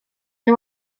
nhw